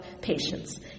patience